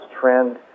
trend